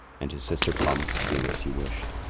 and his sister promised to do as he wished.